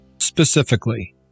specifically